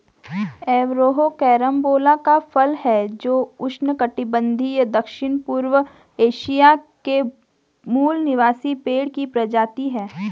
Averrhoa carambola का फल है जो उष्णकटिबंधीय दक्षिणपूर्व एशिया के मूल निवासी पेड़ की प्रजाति है